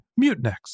Mutinex